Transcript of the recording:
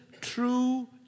true